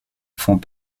font